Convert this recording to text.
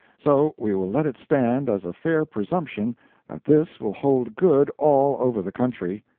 so we will let it stand as a fair presumption that this will hold good all over the country,